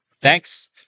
Thanks